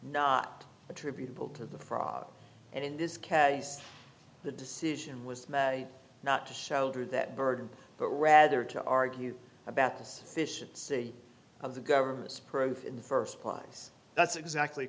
not attributable to the fraud and in this case the decision was not to shoulder that burden but rather to argue about this fish and see of the government's proof in the first place that's exactly